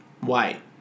White